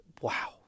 wow